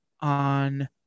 on